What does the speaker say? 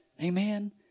Amen